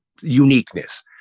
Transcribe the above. uniqueness